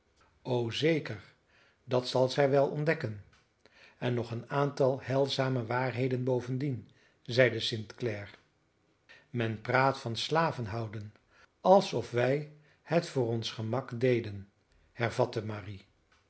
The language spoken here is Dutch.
o zeker dat zal zij wel ontdekken en nog een aantal heilzame waarheden bovendien zeide st clare men praat van slaven houden alsof wij het voor ons gemak deden hervatte marie